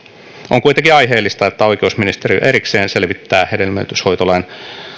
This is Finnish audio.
on kuitenkin aiheellista että oikeusministeriö erikseen selvittää hedelmöityshoitolain